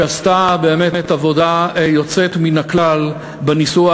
שעשתה באמת עבודה יוצאת מן הכלל בניסוח